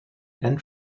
and